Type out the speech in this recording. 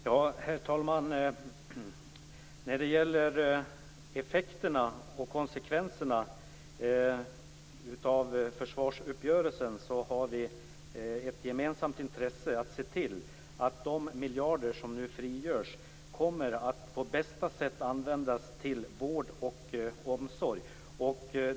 Herr talman! När det gäller effekterna och konsekvenserna av försvarsuppgörelsen har vi ett gemensamt intresse av att se till att de miljarder som nu frigörs kommer att på bästa sätt användas till vård och omsorg.